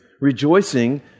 rejoicing